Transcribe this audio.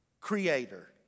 Creator